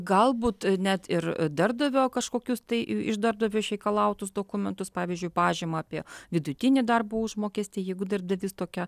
galbūt net ir darbdavio kažkokius tai iš darbdavio išreikalautus dokumentus pavyzdžiui pažymą apie vidutinį darbo užmokestį jeigu darbdavys tokią